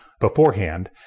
Beforehand